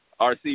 RC